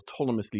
autonomously